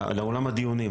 לאולם הדיונים,